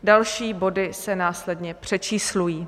Další body se následně přečíslují.